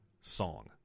song